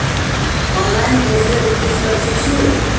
online खरीदै बिक्री सुरक्षित छी